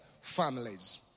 families